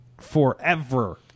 forever